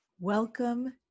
Welcome